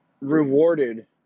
Rewarded